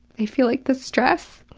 i feel like the stress,